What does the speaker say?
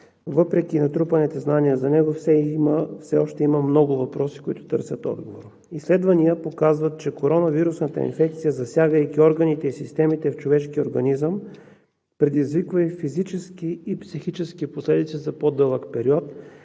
въпреки натрупаните знания за него, все още има много въпроси, които търсят отговор. Изследвания показват, че коронавирусната инфекция, засягайки органите и системите в човешкия организъм, предизвиква и физически, и психически последици за по-дълъг период